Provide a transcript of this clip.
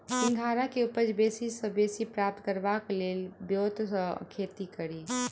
सिंघाड़ा केँ उपज बेसी सऽ बेसी प्राप्त करबाक लेल केँ ब्योंत सऽ खेती कड़ी?